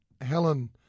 Helen